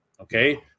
Okay